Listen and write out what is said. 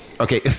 Okay